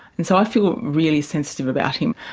and so i feel really sensitive about him,